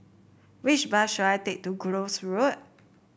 which bus should I take to Gul Road